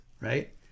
right